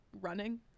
running